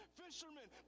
fishermen